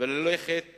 וללכת